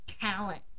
talent